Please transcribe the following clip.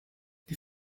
die